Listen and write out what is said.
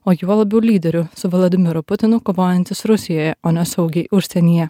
o juo labiau lyderių su vladimiru putinu kovojantis rusijoje o ne saugiai užsienyje